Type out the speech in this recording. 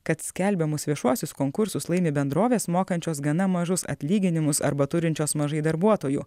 kad skelbiamus viešuosius konkursus laimi bendrovės mokančios gana mažus atlyginimus arba turinčios mažai darbuotojų